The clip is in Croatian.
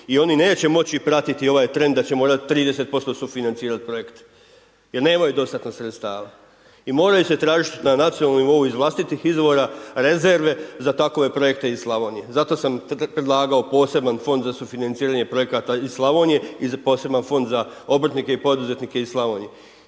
i oni neće moći pratiti ovaj trend da će morati 30% sufinancirati projekt jer nemaju dostatna sredstava. I moraju se tražiti na nacionalnom nivou iz vlastitih izvora rezerve za takove projekte iz Slavonije. Zato sam predlagao poseban fond za sufinancirane projekt iz Slavonije i poseban fond za obrtnike i poduzetnike iz Slavonije.